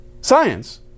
science